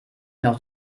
noch